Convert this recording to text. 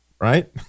right